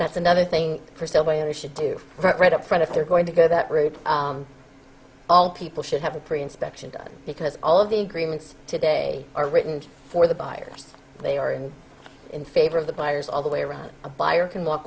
that's another thing for sale by owner should do right up front if they're going to go that route all people should have a pretty inspection done because all of the agreements today are written for the buyers they are in in favor of the buyers all the way around a buyer can walk